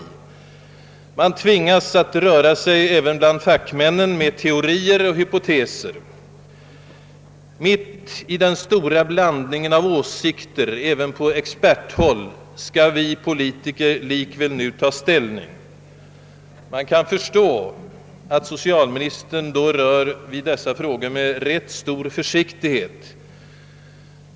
Även fackmännen tvingas att röra sig med teorier och hypoteser. Mitt i den stora blandningen av åsikter även på experthåll skall vi politiker likväl nu ta ställning. Man kan förstå att socialministern då rör vid dessa frågor med rätt stor försiktighet.